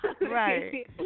right